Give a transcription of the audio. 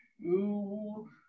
two